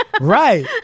Right